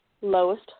lowest